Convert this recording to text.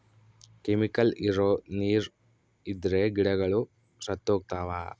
chemical ಇರೋ ನೀರ್ ಇದ್ರೆ ಗಿಡಗಳು ಸತ್ತೋಗ್ತವ